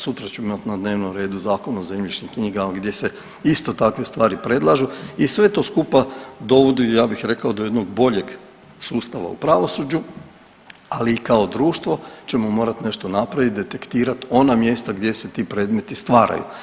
Sutra ćemo imati na dnevnom redu Zakon o zemljišnim knjigama gdje se isto takve stvari predlažu i sve to skupa dovodi, ja bih rekao do jednog boljeg sustava u pravosuđu, ali i kao društvo ćemo morat nešto napravit, detektirat ona mjesta gdje se ti predmeti stvaraju.